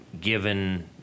given